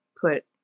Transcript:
put